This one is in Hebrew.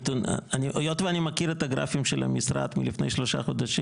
היות ואני מכיר את הגרפים של המשרד מלפני שלושה חודשים,